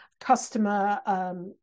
customer